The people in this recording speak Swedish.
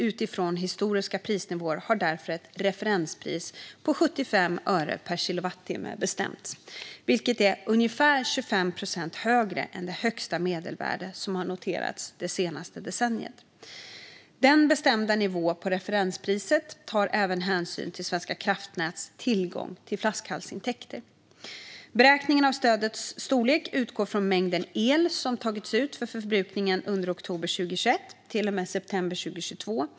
Utifrån historiska prisnivåer har därför ett referenspris på 75 öre per kilowattimme bestämts, vilket är ungefär 25 procent högre än det högsta medelvärde som har noterats det senaste decenniet. Den bestämda nivån på referenspriset tar även hänsyn till Svenska kraftnäts tillgång till flaskhalsintäkter. Beräkningen av stödets storlek utgår från mängden el som har tagits ut för förbrukningen under oktober 2021 till och med september 2022.